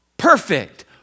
perfect